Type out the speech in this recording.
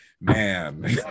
man